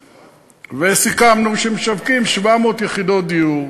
וסיכמנו שמשווקים 700 יחידות דיור,